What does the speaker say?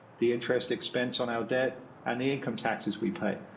the interest expense on our debt and the income taxes we pay.